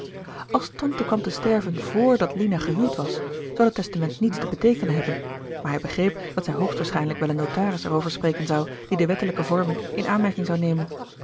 als tante kwam te sterven vr dat lina gehuwd was zou dat testament niets te beteekenen hebben maar hij begreep dat zij hoogstwaarschijnlijk wel een notaris er over spreken zou die de wettelijke vormen in aanmerking zou nemen